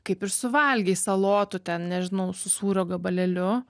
kaip ir suvalgei salotų ten nežinau su sūrio gabalėliu